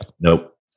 Nope